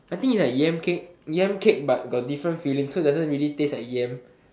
I think it's like yam cake yam cake but it got different fillings so it doesn't taste like yam